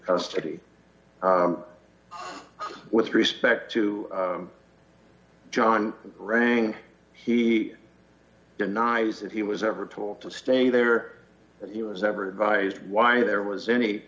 custody with respect to john rank he denies that he was ever told to stay there and he was never advised why there was any